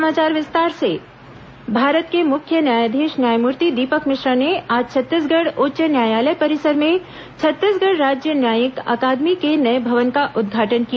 बिलासप्र मुख्य न्यायाधीश भारत के मुख्य न्यायाधीश न्यायमूर्ति दीपक मिश्रा ने आज छत्तीसगढ़ उच्च न्यायालय परिसर में छत्तीसगढ़ राज्य न्यायिक अकादमी के नए भवन का उद्घाटन किया